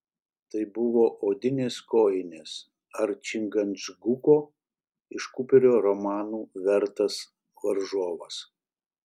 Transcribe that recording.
tai buvo odinės kojinės ar čingačguko iš kuperio romanų vertas varžovas